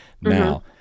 Now